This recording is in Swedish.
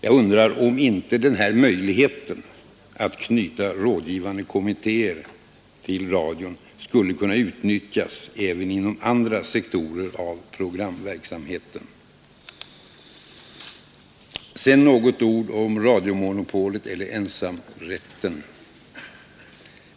Jag undrar om inte den här möjligheten, att knyta rådgivande kommittéer till radion, skulle kunna utnyttjas även inom andra sektorer av programverksamheten. Slutligen några ord om radiomonopolet.